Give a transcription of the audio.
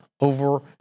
over